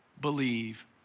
believe